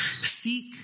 Seek